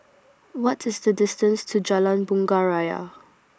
What IS The distance to Jalan Bunga Raya